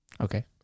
Okay